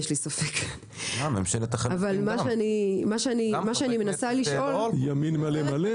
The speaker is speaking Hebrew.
יש לי ספק אבל מה שאני מנסה לשאול ----- ימין מלא-מלא